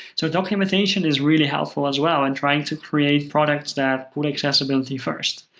so documentation is really helpful as well in trying to create products that put accessibility first,